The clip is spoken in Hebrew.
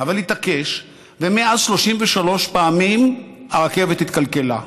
אבל הוא התעקש, ומאז 33 פעמים הרכבת התקלקלה,